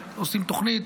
עושים תוכנית,